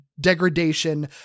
degradation